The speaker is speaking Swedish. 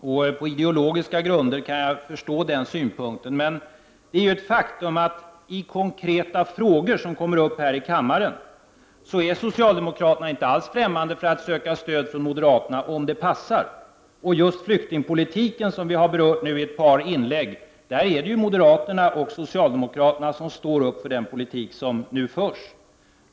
Jag kan förstå den synpunkten med tanke på partiernas ideologiska grunder. Det är emellertid ett faktum att socialdemokraterna, i konkreta frågor som kommer upp här i kammaren, inte alls är ffrämmande för att om det passar söka stöd från moderaterna. Just när det gäller flyktingpolitiken, som vi nu har berört i ett par inlägg, är det moderaterna och socialdemokraterna som står bakom den politik som nu förs.